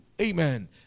Amen